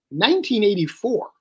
1984